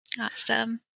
Awesome